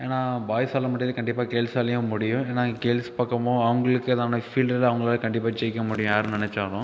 ஏன்னா பாய்ஸால் முடியிறது கண்டிப்பாக கேள்ஸாலயும் முடியும் ஏன்னா கேர்ள்ஸ் பக்கமும் அவங்களுக்கு ஃபீல்டில் அவங்களால கண்டிப்பாக ஜெயிக்க முடியும் யார் நினச்சாலும்